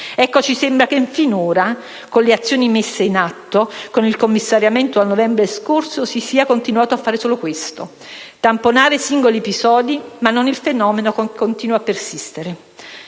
Ecco, ci sembra che finora con le azioni messe in atto con il commissariamento dal novembre scorso si sia continuato a fare solo questo: tamponare singoli episodi, ma non il fenomeno, che continua a persistere.